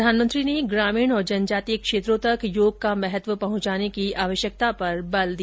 प्रधानमंत्री ने ग्रामीण और जनजातीय क्षेत्रों तक योग का महत्व पहुंचाने की आवश्यकता पर बल दिया